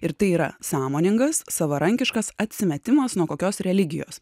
ir tai yra sąmoningas savarankiškas atsimetimas nuo kokios religijos